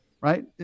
right